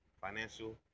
Financial